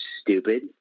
stupid